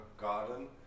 garden